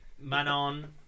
Manon